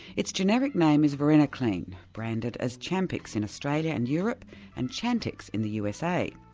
its generic name is varenicline branded as champix in australia and europe and chantix in the usa.